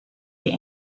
the